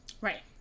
Right